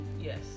Yes